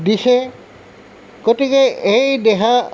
দিছে গতিকে এই দেহা